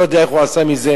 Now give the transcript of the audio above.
אני לא יודע איך הוא עשה מזה,